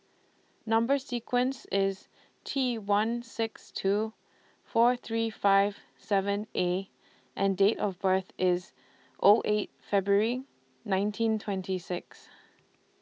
Number sequence IS T one six two four three five seven A and Date of birth IS O eight February nineteen twenty six